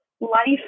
life